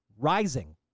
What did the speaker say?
Rising